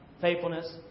faithfulness